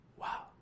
wow